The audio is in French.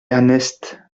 ernest